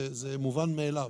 זה מובן מאליו